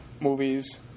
movies